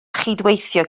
chydweithio